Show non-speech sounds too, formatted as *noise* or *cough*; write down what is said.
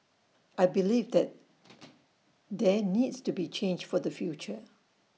I believe that *noise* there needs to be change for the future